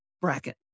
bracket